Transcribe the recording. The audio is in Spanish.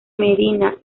medina